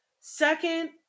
Second-